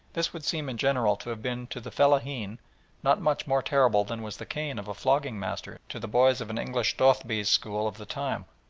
this would seem in general to have been to the fellaheen not much more terrible than was the cane of a flogging master to the boys of an english dotheboys school of the time.